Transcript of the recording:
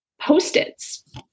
post-its